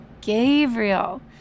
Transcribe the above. Gabriel